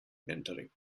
entering